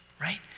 right